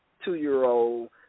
two-year-old